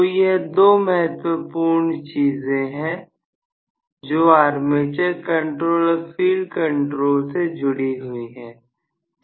तो यह दो महत्वपूर्ण चीजें हैं जो आर्मेचर कंट्रोल और फील्ड कंट्रोल से जुड़ी हुई है